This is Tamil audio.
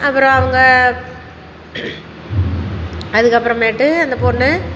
அப்புறம் அவங்க அதுக்கப்புறமேட்டு அந்த பொண்ணு